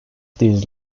these